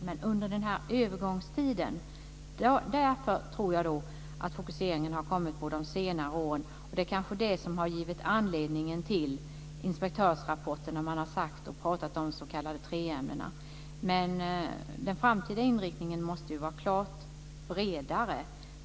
Men under övergångstiden tror jag att man har fokuserat på inlärning de senare åren. Det är kanske det som är anledningen till inspektörsrapporten. Man har pratat om de s.k. treämnena. Men den framtida inriktningen måste vara klart bredare.